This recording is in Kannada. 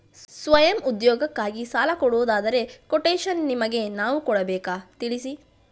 ಸ್ವಯಂ ಉದ್ಯೋಗಕ್ಕಾಗಿ ಸಾಲ ಕೊಡುವುದಾದರೆ ಕೊಟೇಶನ್ ನಿಮಗೆ ನಾವು ಕೊಡಬೇಕಾ ತಿಳಿಸಿ?